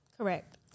Correct